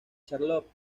charlotte